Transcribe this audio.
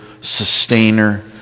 sustainer